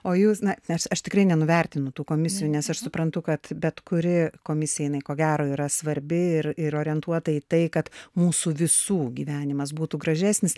o jūs na nes aš tikrai nenuvertinu tų komisijų nes aš suprantu kad bet kuri komisija jinai ko gero yra svarbi ir ir orientuota į tai kad mūsų visų gyvenimas būtų gražesnis